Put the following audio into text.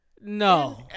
no